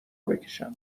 بکشم